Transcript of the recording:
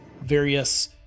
various